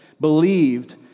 believed